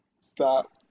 stop